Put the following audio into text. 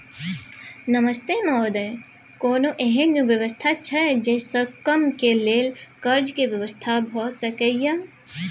नमस्ते महोदय, कोनो एहन व्यवस्था छै जे से कम के लेल कर्ज के व्यवस्था भ सके ये?